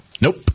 Nope